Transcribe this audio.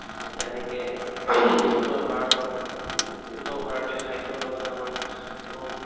তেনেকে উত্তৰ ভাৰতত উত্তৰ ভাৰতীয় খাদ্যৰ লগত আমাৰ বহুত